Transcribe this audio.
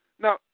Now